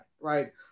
right